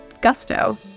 gusto